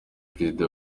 perezida